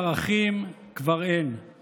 אין פה קואליציה ואין פה